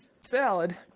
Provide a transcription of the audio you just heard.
salad